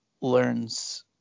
learns